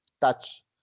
touch